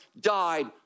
died